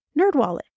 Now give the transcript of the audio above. NerdWallet